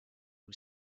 who